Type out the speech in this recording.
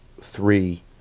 three